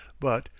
but,